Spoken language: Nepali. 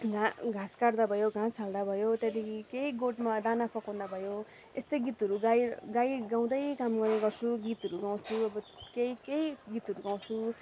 घा घाँस काट्दा भयो घाँस हाल्दा भयो त्यहाँदेखि केही गोठमा दाना पकाउँदा भयो यस्तै गीतहरू गाइ गाइ गाउँंदै काम गर्ने गर्छु गीतहरू गाउँछु अब केही केही गीतहरू गाउँछु